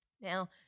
Now